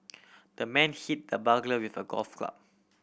the man hit the burglar with a golf club